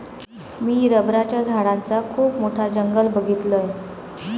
मी रबराच्या झाडांचा खुप मोठा जंगल बघीतलय